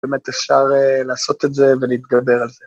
באמת אפשר אה לעשות את זה ולהתגבר על זה.